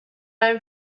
own